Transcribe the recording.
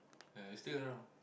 uh we still don't know